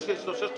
אחמד,